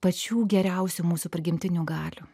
pačių geriausių mūsų prigimtinių galių